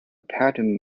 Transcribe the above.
pattern